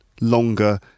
longer